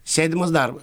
sėdimas darbas